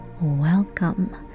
Welcome